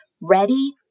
ready